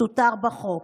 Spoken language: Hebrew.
תותר בחוק.